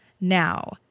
now